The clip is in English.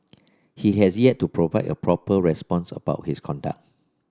he has yet to provide a proper response about his conduct